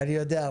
אני יודע.